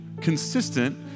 consistent